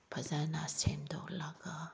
ꯐꯖꯅ ꯁꯦꯝꯗꯣꯛꯂꯒ